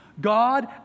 God